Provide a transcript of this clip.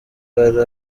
hari